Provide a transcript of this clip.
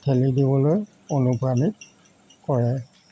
ঠিলি দিবলৈ অনুপ্ৰাণিত কৰে